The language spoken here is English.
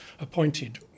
appointed